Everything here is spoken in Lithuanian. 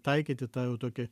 taikyti tą jau tokį